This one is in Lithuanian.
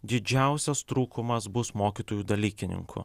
didžiausias trūkumas bus mokytojų dalykininkų